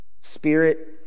Spirit